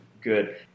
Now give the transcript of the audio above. good